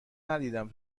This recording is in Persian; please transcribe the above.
ندیدم